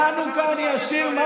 בחנוכה אני אשיר "מעוז צור".